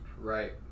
Right